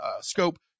scope